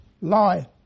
Lie